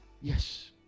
yes